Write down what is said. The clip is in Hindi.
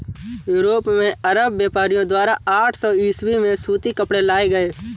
यूरोप में अरब व्यापारियों द्वारा आठ सौ ईसवी में सूती कपड़े लाए गए